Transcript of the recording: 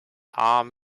arm